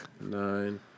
Nine